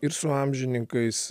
ir su amžininkais